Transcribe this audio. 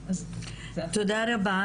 תודה.